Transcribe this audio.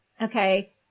Okay